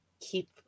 keep